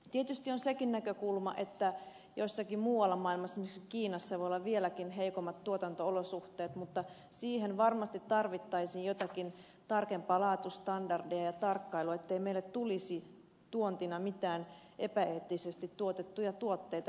tietysti on sekin näkökulma että jossakin muualla maailmassa esimerkiksi kiinassa voivat olla vieläkin heikommat tuotanto olosuhteet mutta siihen varmasti tarvittaisiin joitakin tarkempia laatustandardeja ja tarkkailua ettei meille tulisi tuontina mitään epäeettisesti tuotettuja tuotteita